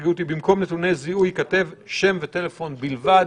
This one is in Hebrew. ההסתייגות היא: במקום "נתוני זיהוי" יכתוב "שם וטלפון" בלבד.